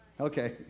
Okay